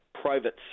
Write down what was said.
private